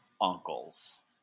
uncles